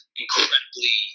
incredibly